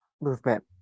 movement